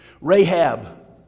Rahab